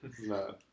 No